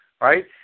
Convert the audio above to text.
right